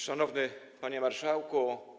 Szanowny Panie Marszałku!